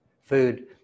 food